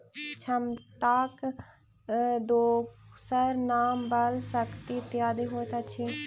क्षमताक दोसर नाम बल, शक्ति इत्यादि होइत अछि